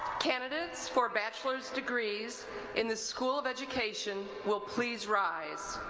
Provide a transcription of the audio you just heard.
candidates for bachelor's degrees in the school of education will please rise.